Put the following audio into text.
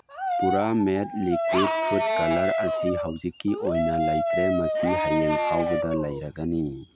ꯄꯨꯔꯥꯃꯦꯠ liquid food colour ꯑꯁꯤ ꯍꯧꯖꯤꯛꯀꯤ ꯑꯣꯏꯅ ꯂꯩꯇ꯭ꯔꯦ ꯃꯁꯤ ꯍꯌꯦꯡ ꯐꯥꯎꯕꯗ ꯂꯩꯔꯒꯅꯤ